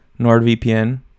nordvpn